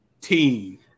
team